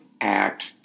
act